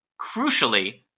Crucially